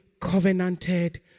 covenanted